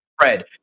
spread